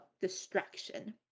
distraction